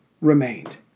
remained